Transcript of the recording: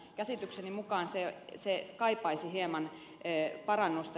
käsitykseni mukaan se kaipaisi hieman parannusta